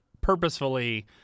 purposefully